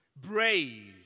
brave